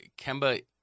Kemba